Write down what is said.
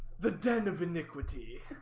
the den of iniquity!